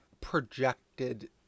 projected